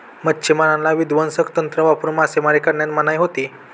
मच्छिमारांना विध्वंसक तंत्र वापरून मासेमारी करण्यास मनाई होती